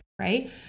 right